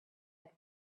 had